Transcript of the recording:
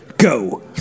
Go